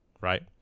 Right